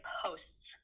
posts